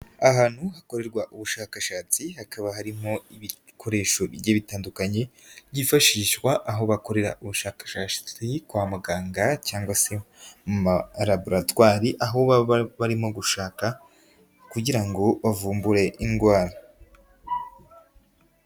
Ahantu hakorerwa ubushakashatsi hakaba harimo ibikoresho bigiye bitandukanye, byifashishwa aho bakorera ubushakashatsi kwa muganga cyangwa se, mumalaboratwari aho baba barimo gushaka, kugira ngo bavumbure indwara.